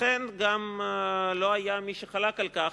לכן גם לא היה מי שחלק על כך,